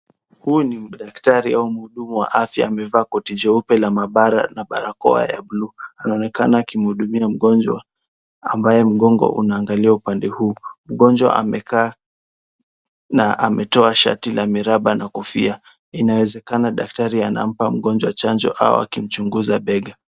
Huu ni daktari au mhudumu wa afya amevaa koti jeupe la maabara na barakoa ya blue . Anaonekana akimhudumia mgonjwa ambaye mgongo unaangalia upande huu. Mgonjwa amekaa na ametoa shati la miraba na kofia. Inawezekana daktari anampa mgonjwa chanjo au akimchunguza bega.